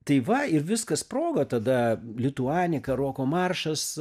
tai va ir viskas sprogo tada lituanika roko maršas